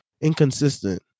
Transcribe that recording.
inconsistent